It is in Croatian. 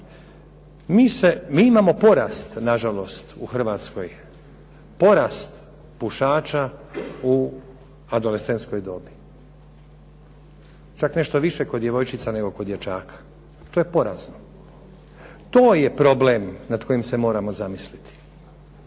mi imamo porast na žalost u Hrvatskoj, porast pušača u adolescentskoj dobi. Čak nešto više kod djevojčica nego kod dječaka. To je porazno. To je problem nad kojim se moramo zamisliti.